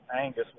Angus